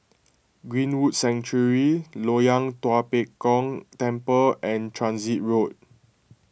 Greenwood Sanctuary Loyang Tua Pek Kong Temple and Transit Road